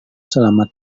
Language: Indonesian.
selama